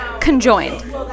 conjoined